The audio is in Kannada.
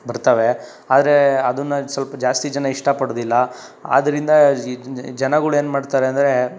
ಬರ್ತವೆ ಆದರೆ ಅದನ್ನು ಸ್ವಲ್ಪ ಜಾಸ್ತಿ ಜನ ಇಷ್ಟಪಡುವುದಿಲ್ಲ ಆದ್ದರಿಂದ ಜಿ ಜನಗಳೇನು ಮಾಡ್ತಾರೆ ಅಂದರೆ